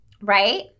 right